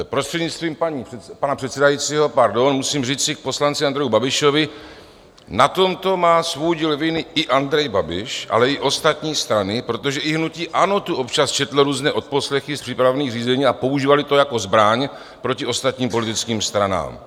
Prostřednictvím pana předsedajícího, musím říci k poslanci Andreji Babišovi, na tomto má svůj díl viny i Andrej Babiš, ale i ostatní strany, protože i hnutí ANO tu občas četlo různé odposlechy z přípravných řízení a používali to jako zbraň proti ostatním politickým stranám.